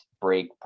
break